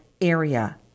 area